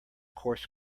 coarse